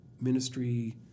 ministry